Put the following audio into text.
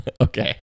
Okay